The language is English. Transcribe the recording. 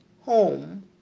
home